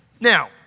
Now